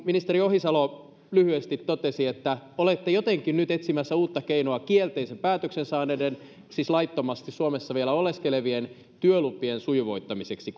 ministeri ohisalo lyhyesti totesitte että olette jotenkin nyt etsimässä uutta keinoa kielteisen päätöksen saaneiden siis laittomasti suomessa vielä oleskelevien työlupien sujuvoittamiseksi